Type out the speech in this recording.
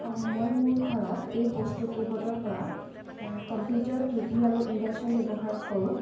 মই মোৰ ঘৰত এই বস্তুকেইপদৰপৰা কম্পিউটাৰ টিভি আৰু ইণ্ডাকশ্যন ব্যৱহাৰ কৰোঁ